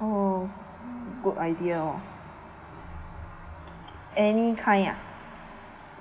oh good idea oh any kind ah